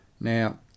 Now